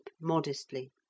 modestly